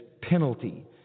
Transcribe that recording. penalty